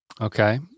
Okay